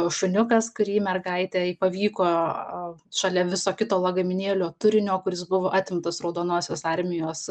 šuniukas kurį mergaitei pavyko šalia viso kito lagaminėlio turinio kuris buvo atimtas raudonosios armijos